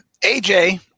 AJ